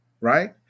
right